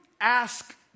ask